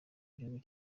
gihugu